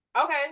Okay